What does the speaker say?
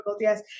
Yes